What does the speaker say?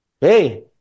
hey